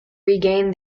regain